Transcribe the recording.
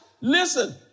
Listen